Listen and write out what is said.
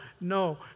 no